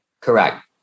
Correct